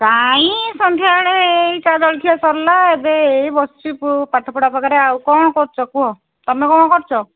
କାହିଁ ସନ୍ଧ୍ୟାବେଳେ ଏଇ ଚା' ଜଳଖିଆ ସରିଲା ଏବେ ଏଇ ବସିଛି ପାଠପଢ଼ା ପାଖରେ ଆଉ କ'ଣ କରୁଛ କୁହ ତମେ କ'ଣ କରୁଛ